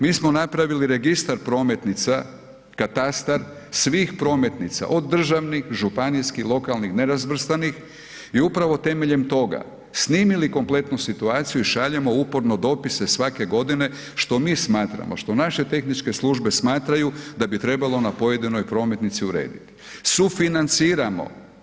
Mi smo napravili registar prometnica katastar svih prometnica od državnih, županijskih, lokalnih, nerazvrstanih i upravo temeljem toga snimili kompletnu situaciju i šaljemo uporno dopise svake godine što mi smatramo što naše tehničke službe smatraju da bi trebalo na pojedinoj prometnici urediti. sufinanciramo.